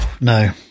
no